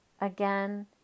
again